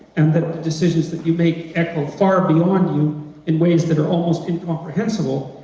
and the decisions that you make echo far beyond you in ways that are almost incomprehensible,